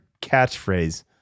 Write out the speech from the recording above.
catchphrase